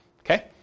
Okay